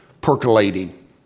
percolating